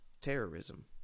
terrorism